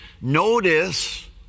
Notice